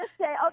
okay